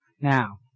Now